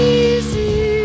easy